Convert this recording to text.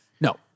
No